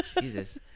Jesus